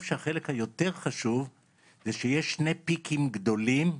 שהחלק היותר חשוב זה שיש שני פיקים גדולים,